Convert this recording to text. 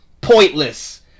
pointless